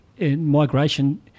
migration